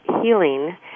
healing